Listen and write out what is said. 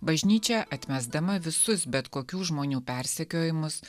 bažnyčia atmesdama visus bet kokių žmonių persekiojimus